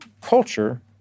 culture